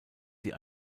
sie